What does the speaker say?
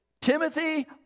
Timothy